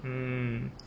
um